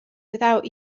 without